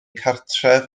cartref